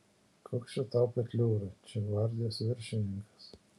koks čia tau petliūra čia gvardijos viršininkas